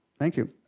thank you.